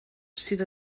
sydd